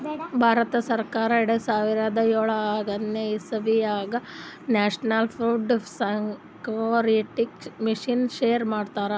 ಭಾರತ ಸರ್ಕಾರ್ ಎರಡ ಸಾವಿರದ್ ಯೋಳನೆ ಇಸವಿದಾಗ್ ನ್ಯಾಷನಲ್ ಫುಡ್ ಸೆಕ್ಯೂರಿಟಿ ಮಿಷನ್ ಶುರು ಮಾಡ್ಯಾರ್